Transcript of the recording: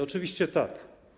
Oczywiście tak.